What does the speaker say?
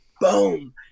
boom